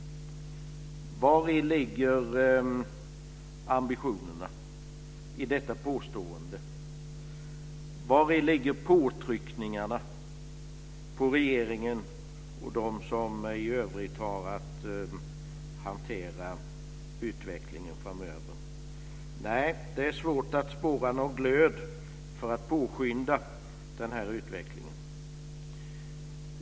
Vari ligger ambitionerna i detta påstående? Vari ligger påtryckningarna på regeringen och på dem som i övrigt har att hantera utvecklingen framöver? Det är svårt att spåra någon glöd för att påskynda den här utvecklingen.